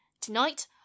Tonight